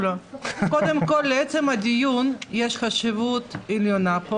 לעצם הדיון יש חשיבות עליונה.